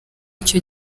icyo